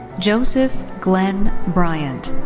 joseph glenn bryant.